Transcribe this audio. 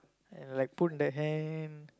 like put at the hand